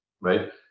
right